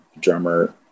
drummer